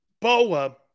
Boa